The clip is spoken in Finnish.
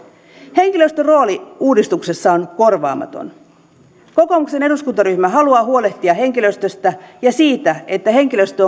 henkilöstön rooli uudistuksessa on korvaamaton kokoomuksen eduskuntaryhmä haluaa huolehtia henkilöstöstä ja siitä että henkilöstö